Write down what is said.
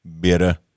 Bitter